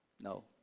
no